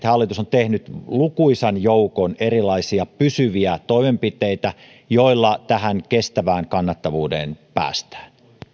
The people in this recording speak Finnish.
hallitus on tehnyt lukuisan joukon erilaisia pysyviä toimenpiteitä joilla tähän kestävään kannattavuuteen päästään